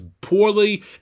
poorly